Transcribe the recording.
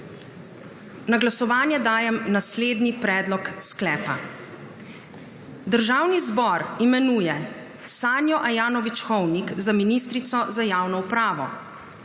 Na glasovanje dajem naslednji predlog sklepa: Državni zbor imenuje Sanjo Ajanović Hovnik za ministrico za javno upravo,